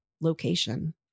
location